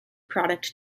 product